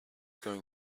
going